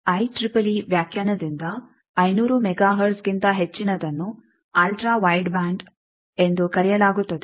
IEEE ವ್ಯಾಖ್ಯಾನದಿಂದ 500 mega ಹರ್ಟ್ಜ್ಗಿಂತ ಹೆಚ್ಚಿನದನ್ನು ಅಲ್ಟ್ರಾ ವೈಡ್ ಬ್ಯಾಂಡ್ ಎಂದು ಕರೆಯಲಾಗುತ್ತದೆ